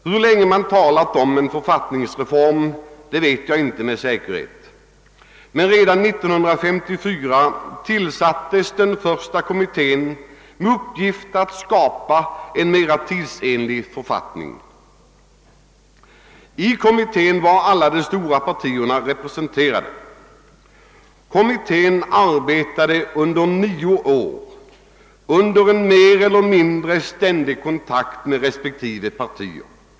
Hur länge en författningsreform diskuterats, vet jag inte med säkerhet, men redan 1954 tillsattes den första kommittén med uppgift att skapa en mera tidsenlig författning. I denna kommitté var alla de stora partierna representerade. Den arbetade under nio år och stod mer eller mindre i ständig kontakt med respektive partier.